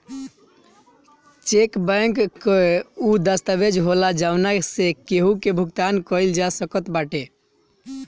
check bank कअ उ दस्तावेज होला जवना से केहू के भुगतान कईल जा सकत बाटे